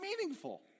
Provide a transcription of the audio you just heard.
meaningful